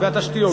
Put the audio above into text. והתשתיות.